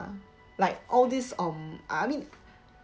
ya like all this um I mean